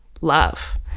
love